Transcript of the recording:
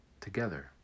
together